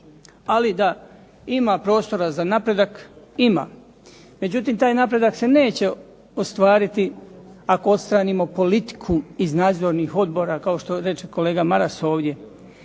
Ali da ima prostora za napredak ima. Međutim, taj napredak se neće ostvariti ako odstranimo politiku iz nadzornih odbora kao što reče kolega Maras ovdje.